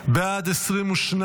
בעד, 22,